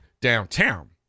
downtown